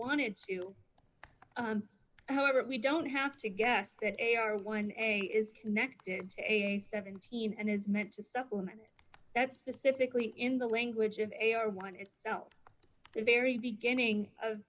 wanted to however we don't have to guess that a r one a is connected to a seventeen and it's meant to supplement that specifically in the language of a are one in the very beginning of